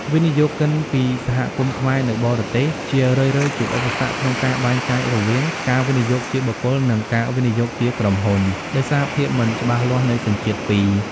វិនិយោគិនពី សហគមន៍ខ្មែរនៅបរទេស ជារឿយៗជួបឧបសគ្គក្នុងការបែងចែករវាង "ការវិនិយោគជាបុគ្គល" និង "ការវិនិយោគជាក្រុមហ៊ុន" ដោយសារភាពមិនច្បាស់លាស់នៃសញ្ជាតិពីរ។